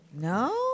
no